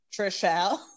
Trishelle